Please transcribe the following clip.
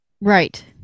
Right